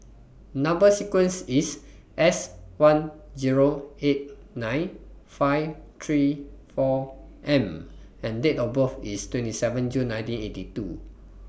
Number sequence IS S one Zero eight nine five three four M and Date of birth IS twenty seven June nineteen eighty two